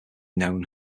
known